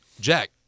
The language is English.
Jack